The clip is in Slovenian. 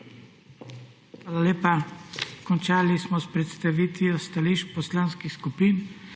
Hvala lepa. Končali smo s predstavitvijo stališč poslanskih skupin.